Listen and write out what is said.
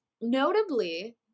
Notably